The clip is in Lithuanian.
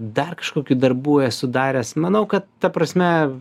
dar kažkokių darbų esu daręs manau kad ta prasme